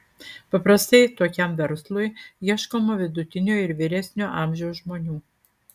paprastai tokiam verslui ieškoma vidutinio ir vyresnio amžiaus žmonių